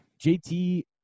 JT